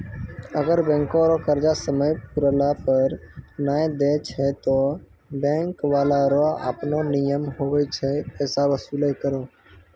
अगर बैंको रो कर्जा समय पुराला पर नै देय छै ते बैंक बाला रो आपनो नियम हुवै छै पैसा बसूल करै रो